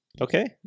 Okay